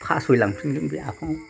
फासयलांफिनगोन बेयो आफाङाव